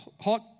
hot